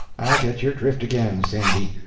i get your drift again, sandy.